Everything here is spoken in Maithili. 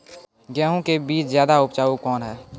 गेहूँ के बीज ज्यादा उपजाऊ कौन है?